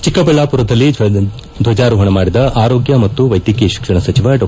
ಚಿಕ್ಕಬಳ್ಳಾಪುರದಲ್ಲಿ ದ್ವಜಾರೋಪಣ ಮಾಡಿದ ಆರೋಗ್ಯ ಮತ್ತು ವೈದ್ಯಕೀಯ ಶಿಕ್ಷಣ ಸಚಿವ ಡಾ